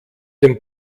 dem